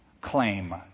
claim